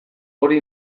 hori